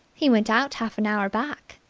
he went out half an hour back.